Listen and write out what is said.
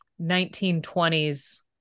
1920s